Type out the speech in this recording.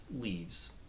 leaves